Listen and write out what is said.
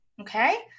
Okay